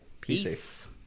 Peace